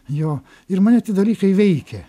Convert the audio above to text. jo ir mane tie dalykai veikia